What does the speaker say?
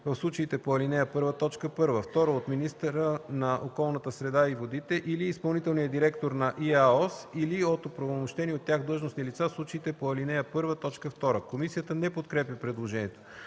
в случаите по ал. 1, т. 1; 2. министъра на околната среда и водите или изпълнителния директор на ИАОС, или от оправомощени от тях длъжностни лица – в случаите по ал. 1, т. 2.” Комисията не подкрепя предложението.